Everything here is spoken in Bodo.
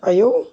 आयौ